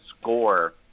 score